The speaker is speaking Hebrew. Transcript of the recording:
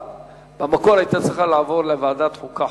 במקור ההצעה היתה צריכה לעבור לוועדת החוקה,